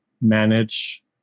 manage